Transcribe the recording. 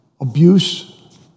Abuse